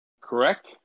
correct